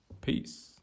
Peace